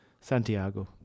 Santiago